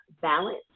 balance